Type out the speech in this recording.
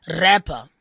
rapper